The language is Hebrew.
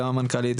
גם המנכ"לית,